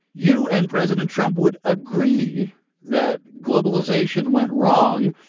you and president trump would agree that globalization went wrong.